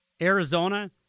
Arizona